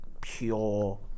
pure